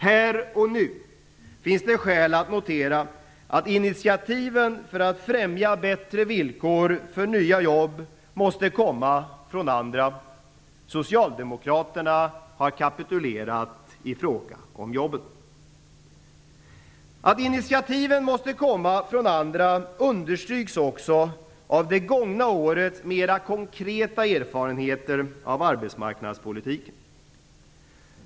Här och nu finns det skäl att notera att initiativen för att främja bättre villkor för nya jobb måste komma från andra. Socialdemokraterna har kapitulerat i fråga om jobben. Att initiativen måste komma från andra understryks också av det gångna årets mera konkreta erfarenheter av arbetsmarknadspolitiken.